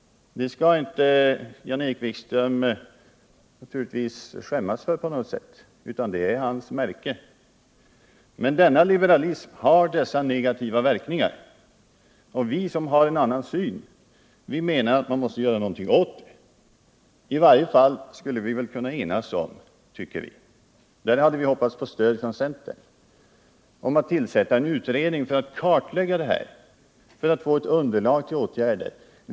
Det skall naturligtvis inte Jan-Erik Wikström blygas för på något sätt, för det är ju hans märke. Men denna liberalism har negativa verkningar. Vi som har en annan syn menar att man måste göra någonting åt dessa. I varje fall skulle vi kunnat enas om, tycker vi — och där hade vi hoppats på stöd från centern — att tillsätta en utredning för kartläggning och för att få ett underlag för åtgärder.